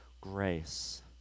grace